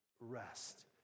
rest